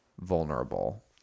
vulnerable